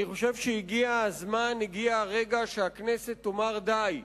אני חושב שהגיע הזמן, הגיע הרגע שהכנסת תאמר די.